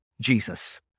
Jesus